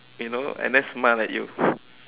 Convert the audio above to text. you know and that smile at you